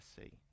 see